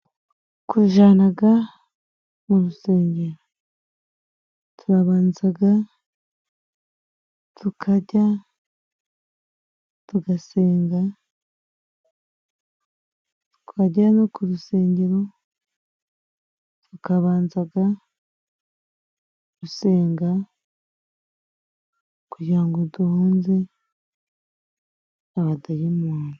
Kujanaga mu rusengero, turabanzaga tukajya, tugasenga, twagera no ku rusengero, tukabanzaga gusenga, kugira ngo duhunze abadayimoni.